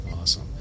Awesome